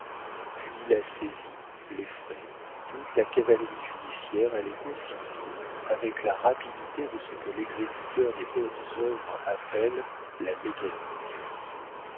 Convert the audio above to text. puis la saisie les frais toute la cavalerie judiciaire allait aussitôt avec la rapidité de ce que l'exécuteur des hautes œuvres appelle la mécanique